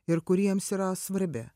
ir kuriems yra svarbi